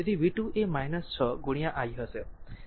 તેથી v 2 એ 6 i હશે